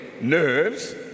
nerves